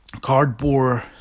cardboard